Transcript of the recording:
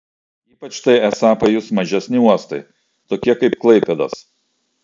ypač tai esą pajus mažesni uostai tokie kaip klaipėdos